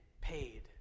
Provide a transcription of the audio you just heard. paid